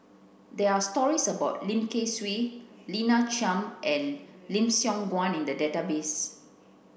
there are stories about Lim Kay Siu Lina Chiam and Lim Siong Guan in the database